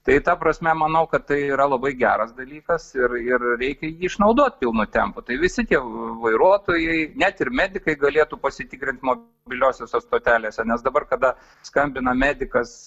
tai ta prasme manau kad tai yra labai geras dalykas ir ir reikia jį išnaudot pilnai tempu tai visi tie vairuotojai net ir medikai galėtų pasitikrint mobiliosiose stotelėse nes dabar kada skambina medikas